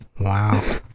Wow